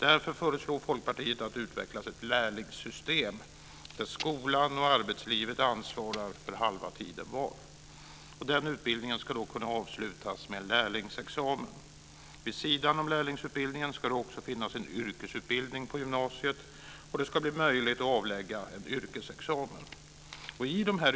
Därför föreslår Folkpartiet att det utvecklas ett lärlingssystem där skolan och arbetslivet ansvarar för halva tiden var. Den utbildningen ska kunna avslutas med en lärlingsexamen. Vid sidan om lärlingsutbildningen ska det också finnas en yrkesutbildning på gymnasiet, och det ska bli möjligt att avlägga en yrkesexamen.